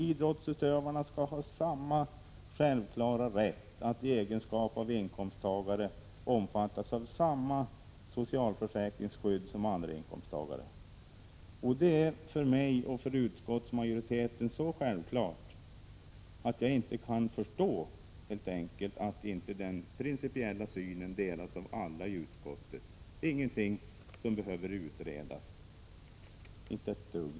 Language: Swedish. Idrottsutövarna skall ha samma självklara rätt att i egenskap av inkomsttagare omfattas av samma socialförsäkringsskydd som andra inkomsttagare. Det är för mig och för utskottsmajoriteten så självklart, att jag inte kan förstå att inte den principiella synen delas av alla i utskottet. Det behöver inte utredas.